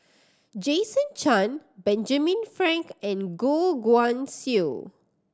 Jason Chan Benjamin Frank and Goh Guan Siew